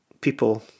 people